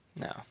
No